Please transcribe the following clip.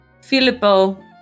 Filippo